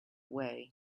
way